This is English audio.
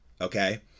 okay